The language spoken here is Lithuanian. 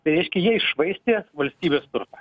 tai reiškia jie iššvaistė valstybės turtą